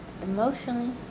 emotionally